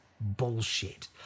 bullshit